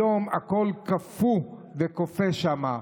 היום הכול קפוא וקופא שם.